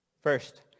First